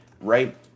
right